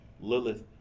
Lilith